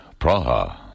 Praha